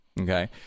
Okay